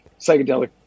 Psychedelic